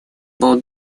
был